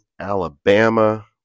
Alabama